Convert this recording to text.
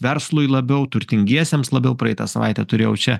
verslui labiau turtingiesiems labiau praeitą savaitę turėjau čia